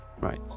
right